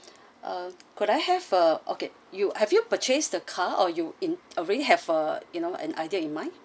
uh could I have a okay you have you purchase the car or you in already have uh you know an idea in mind